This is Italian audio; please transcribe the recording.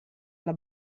alla